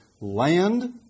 land